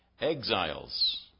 exiles